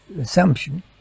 assumption